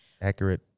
accurate